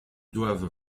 doivent